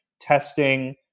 testing